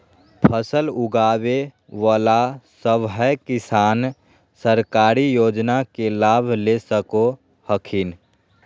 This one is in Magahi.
फसल उगाबे बला सभै किसान सरकारी योजना के लाभ ले सको हखिन